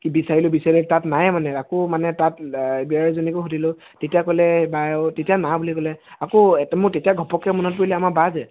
বিচাৰিলোঁ বিচাৰিলোঁ তাত নাই মানে আকৌ মানে তাত আকৌ লাইব্ৰেৰীয়ানজনীকো সুধিলোঁ তেতিয়া ক'লে বাৰু তেতিয়া নাই বুলি ক'লে আকৌ মোৰ তেতিয়া ঘপককৈ মনত পৰিলে আমাৰ বা যে